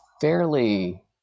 fairly